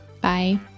Bye